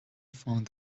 found